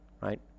right